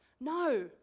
No